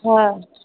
हँ